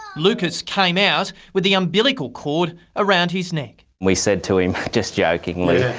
lucas came out with the umbilical cord around his neck. we said to him, just jokingly,